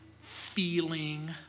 feeling